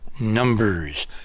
numbers